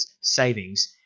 savings